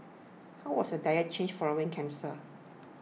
how was your diet changed following cancer